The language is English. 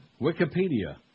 Wikipedia